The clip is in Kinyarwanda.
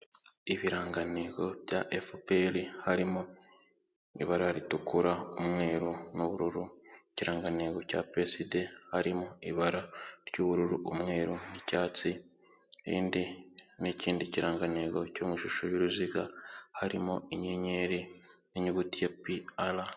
Ibirangantego bya FPR harimo ibara ritukura, umweru n'ubururu, ikirangantego cya PSD harimo ibara ry'ubururu, umweru n'icyatsi, irindi ni ikindi kirangantego cyo mu ishusho y'uruziga, harimo inyenyeri n'inyuguti ya PL .